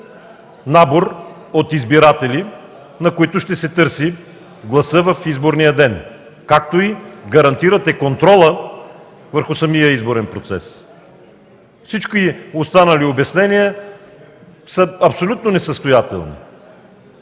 набор от избиратели, на които ще се търси гласът в изборния ден, както и гарантирате контрола върху самия изборен процес. Всички останали обяснения са абсолютно несъстоятелни!